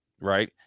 Right